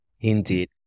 Indeed